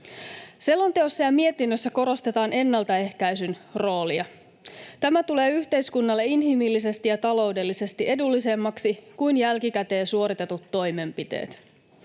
Selonteossa ja mietinnössä korostetaan ennaltaehkäisyn roolia. Tämä tulee yhteiskunnalle inhimillisesti ja taloudellisesti edullisemmaksi kuin jälkikäteen suoritetut toimenpiteet.